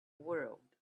world